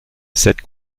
cette